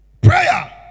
Prayer